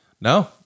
No